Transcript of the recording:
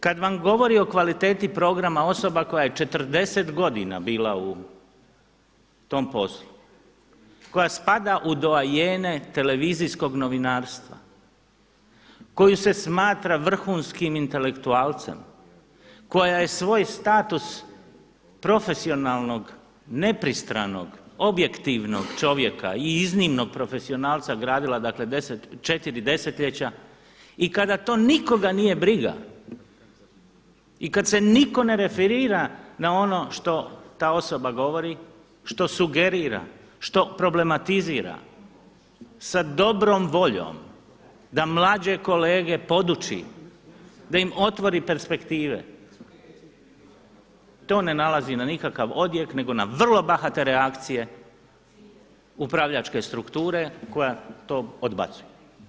Kada vam govori o kvaliteti programa osoba koja je 40 godina bila u tom poslu, koja spada u doajene televizijskog novinarstva, koju se smatra vrhunskim intelektualcem, koja je svoj status profesionalnog, nepristranog, objektivnog čovjeka i iznimnog profesionalca gradila četiri desetljeća i kada to nikoga nije briga i kada se niko ne referira na ono što ta osoba govori, što sugerira, što problematizira sa dobrom voljom da mlađe kolege poduči, da im otvori perspektive, to ne nailazi na nikakav odjek nego na vrlo bahate reakcije upravljačke strukture koja to odbacuje.